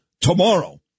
tomorrow